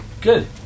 Good